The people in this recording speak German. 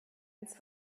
ins